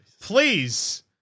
Please